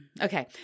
Okay